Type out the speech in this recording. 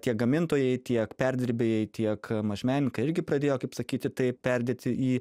tiek gamintojai tiek perdirbėjai tiek mažmenininkai irgi pradėjo kaip sakyti tai perdėti į